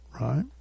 right